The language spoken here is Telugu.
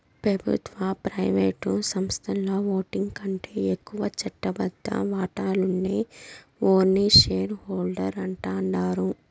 పెబుత్వ, ప్రైవేటు సంస్థల్ల ఓటికంటే ఎక్కువ చట్టబద్ద వాటాలుండే ఓర్ని షేర్ హోల్డర్స్ అంటాండారు